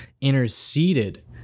interceded